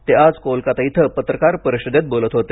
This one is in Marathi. ते आज कोलकाता इथं पत्रकार परिषदेत बोलत होते